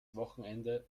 wochenende